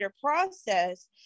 process